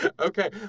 Okay